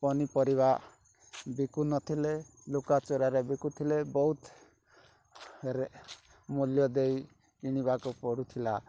ପନିପରିବା ବିକୁନଥିଲେ ଲୁକାଚୋରାରେ ବିକୁଥିଲେ ବହୁତ ମୂଲ୍ୟ ଦେଇ କିଣିବାକୁ ପଡୁଥିଲା